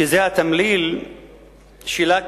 שזה התמליל שלה,